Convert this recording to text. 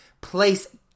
Place